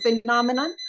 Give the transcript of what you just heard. phenomenon